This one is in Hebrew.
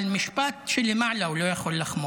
אבל מהמשפט שלמעלה הוא לא יכול לחמוק.